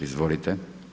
Izvolite.